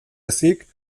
ezik